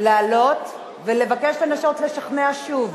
לעלות ולבקש לנסות לשכנע שוב,